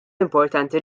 importanti